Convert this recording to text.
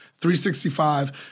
365